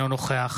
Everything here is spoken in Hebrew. אינו נוכח